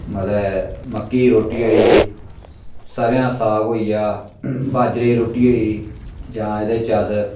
मतलब मक्की दी रोटी होई गेई सरे'आं दा साग होई गेआ बाजरे दी रुट्टी होई गेई जां एह्दे च अस